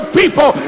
people